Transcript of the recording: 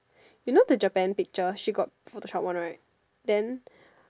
you know the Japan picture she got Photoshop one right then